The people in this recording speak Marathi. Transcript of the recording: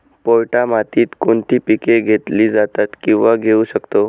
पोयटा मातीत कोणती पिके घेतली जातात, किंवा घेऊ शकतो?